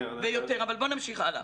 בוא נמשיך הלאה.